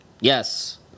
Yes